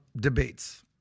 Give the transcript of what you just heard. debates